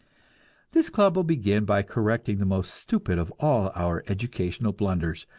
this club will begin by correcting the most stupid of all our educational blunders,